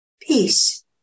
peace